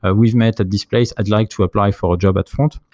ah we've met at this place. i'd like to apply for a job at front,